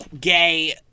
gay